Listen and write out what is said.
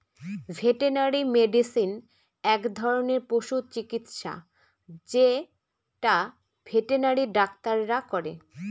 veterinary medicine এক ধরনের পশু চিকিৎসা যেটা ভেটেনারি ডাক্তাররা করে